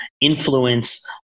influence